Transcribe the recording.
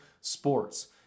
sports